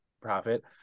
profit